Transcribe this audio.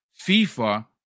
FIFA